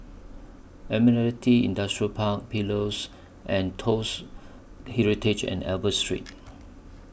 Admiralty Industrial Park Pillows and Toast Heritage and Albert Street